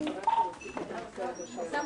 הישיבה ננעלה בשעה 11:50.